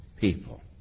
people